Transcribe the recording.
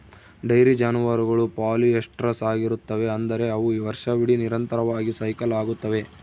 dairy ಜಾನುವಾರುಗಳು polyestrous ಆಗಿರುತ್ತವೆ, ಅಂದರೆ ಅವು ವರ್ಷವಿಡೀ ನಿರಂತರವಾಗಿ ಸೈಕಲ್ ಆಗುತ್ತವೆ